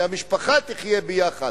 שהמשפחה תחיה יחד,